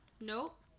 Nope